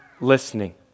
listening